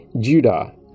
Judah